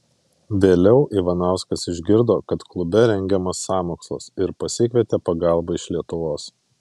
vėliau ivanauskas išgirdo kad klube rengiamas sąmokslas ir pasikvietė pagalbą iš lietuvos